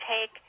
take